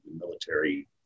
military